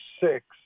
six